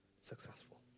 successful